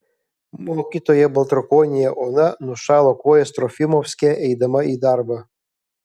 mokytoja baltrukonienė ona nušalo kojas trofimovske eidama į darbą